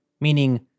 meaning